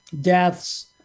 deaths